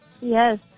Yes